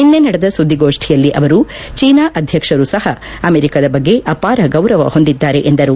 ನಿನ್ನೆ ನಡೆದ ಸುದ್ದಿಗೋಷ್ನಿಯಲ್ಲಿ ಅವರು ಚೀನಾ ಅಧ್ಯಕ್ಷರೂ ಸಹ ಅಮೆರಿಕದ ಬಗ್ಗೆ ಅಪಾರ ಗೌರವ ಹೊಂದಿದ್ದಾರೆ ಎಂದರು